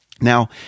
Now